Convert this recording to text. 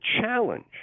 challenge